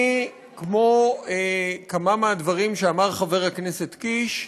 אני, כמו כמה מהדברים שאמר חבר הכנסת קיש,